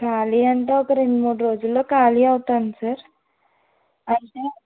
ఖాళీ అంటే ఒక రెండు మూడు రోజుల్లో ఖాళీ అవుతాను సార్